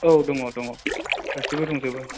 औ दङ दङ गासैबो दंजोबो